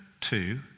two